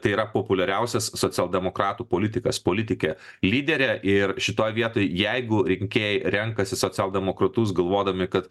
tai yra populiariausias socialdemokratų politikas politikė lyderė ir šitoj vietoj jeigu rinkėjai renkasi socialdemokratus galvodami kad